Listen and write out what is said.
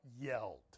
yelled